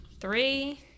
three